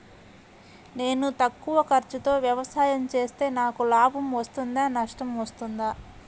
నేను తక్కువ ఖర్చుతో వ్యవసాయం చేస్తే నాకు లాభం వస్తుందా నష్టం వస్తుందా?